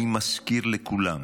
אני מזכיר לכולם